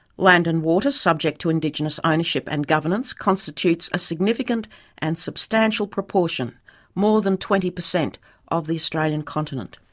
land and water subject to indigenous ownership and governance constitutes a significant and substantial proportion more than twenty per cent of the australian continent.